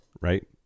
right